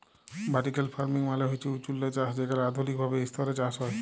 vertical farming মালে হছে উঁচুল্লে চাষ যেখালে আধুলিক ভাবে ইসতরে চাষ হ্যয়